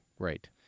Right